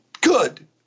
good